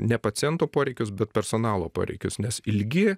ne paciento poreikius bet personalo poreikius nes ilgi